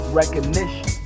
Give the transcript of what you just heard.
recognition